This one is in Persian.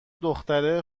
دختره